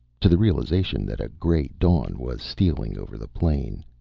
to the realization that a gray dawn was stealing over the plain.